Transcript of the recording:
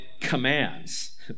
commands